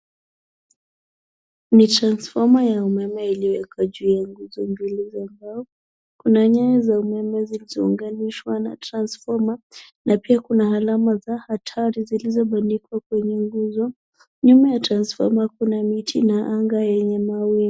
Ni transfoma ya umeme iliyowekwa juu ya nguzo mbili za mbao. Kuna nyaya za umeme zilizounganishwa na transfoma na pia kuna alama za hatari zilizobandikwa kwenye nguzo. Nyuma ya transfoma, kuna miti na anga yenye mawingu.